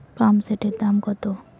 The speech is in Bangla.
পাম্পসেটের দাম কত?